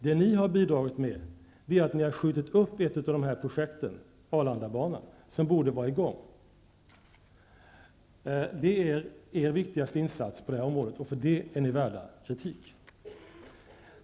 Det som ni har bidragit med är att ni har skjutit upp ett av dessa projekt, Arlandabanan, som borde vara i gång. Det är er viktigaste insats på detta område, och för detta är ni värda kritik.